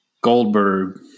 Goldberg